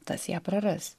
tas ją praras